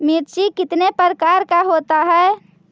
मिर्ची कितने प्रकार का होता है?